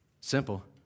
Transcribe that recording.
Simple